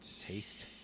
Taste